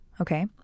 Okay